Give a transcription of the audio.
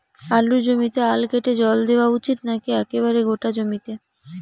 আলুর জমিতে আল কেটে জল দেওয়া উচিৎ নাকি একেবারে গোটা জমিতে?